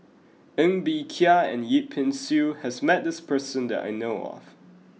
Ng Bee Kia and Yip Pin Xiu has met this person that I know of